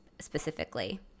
specifically